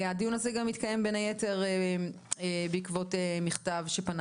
הדיון הזה גם מתקיים בין היתר בעקבות מכתב שפנה